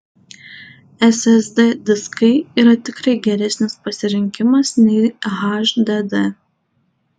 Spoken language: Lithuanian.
ssd diskai yra tikrai geresnis pasirinkimas nei hdd